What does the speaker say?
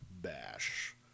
Bash